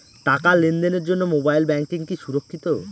টাকা লেনদেনের জন্য মোবাইল ব্যাঙ্কিং কি সুরক্ষিত?